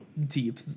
deep